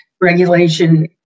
regulation